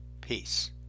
Peace